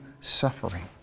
suffering